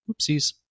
Oopsies